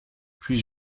plus